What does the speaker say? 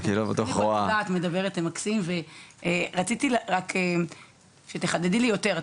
את מדברת מקסים ורציתי רק שתחדדי לי יותר,